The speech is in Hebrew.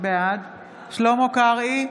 בעד שלמה קרעי,